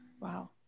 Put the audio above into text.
Wow